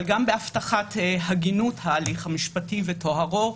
היא חשובה גם להבטחת הגינות ההליך המשפטי וטוהרו,